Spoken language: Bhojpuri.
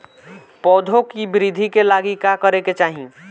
पौधों की वृद्धि के लागी का करे के चाहीं?